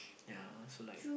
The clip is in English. ya so like